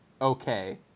okay